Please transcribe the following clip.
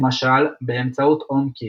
למשל, באמצעות HomeKit,